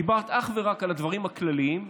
דיברת אך ורק על הדברים הכלליים,